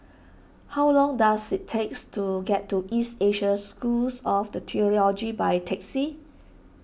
how long does it takes to get to East Asia School of theology by taxi